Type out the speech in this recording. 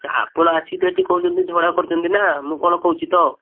sir ଆପଣ ଆସି ତ ଏଇଠି କହୁଛନ୍ତି ଝଗଡ଼ା କରୁଛନ୍ତି ନା ମୁଁ କ'ଣ କହୁଛି ତ